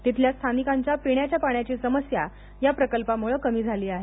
तिथल्या स्थानिकांच्या पिण्याच्या पाण्याची समस्या या प्रकल्पामुळे कमी झाली आहे